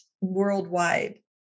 worldwide